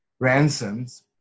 ransoms